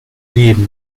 leben